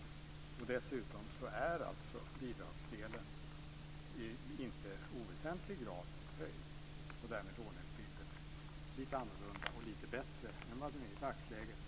Dessutom är alltså bidragsdelen i inte oväsentlig grad höjd och därmed lånebilden lite bättre än i dagsläget.